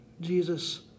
Jesus